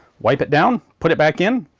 wipe it down, put it back in,